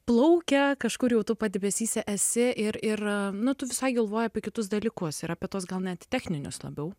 plaukia kažkur jau tu padebesyse esi ir ir nu tu visai galvoji apie kitus dalykus ir apie tuos gal net techninius labiau